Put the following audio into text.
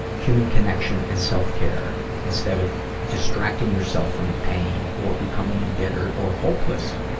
human connection and self-care instead of distracting yourself from the pain or becoming embittered or hopeless.